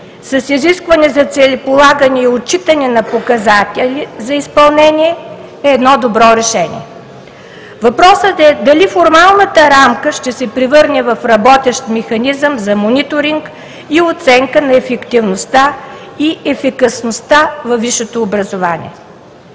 с изискване за целеполагане и отчитане на показатели за изпълнение, е едно добро решение. Въпросът е дали формалната рамка ще се превърне в работещ механизъм за мониторинг и оценка на ефективността и ефикасността във висшето образование.